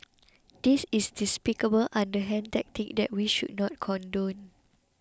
this is a despicable underhand tactic that we should not condone